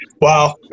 Wow